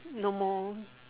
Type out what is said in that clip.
no more